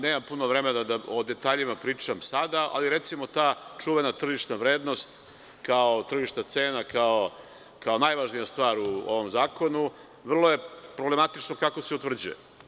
Nemam puno vremena da o detaljima pričam sada, ali, recimo, ta čuvena tržišna vrednost kao tržišna cena, kao najvažnija stvar u ovom zakonu, vrlo je problematično kako se utvrđuje.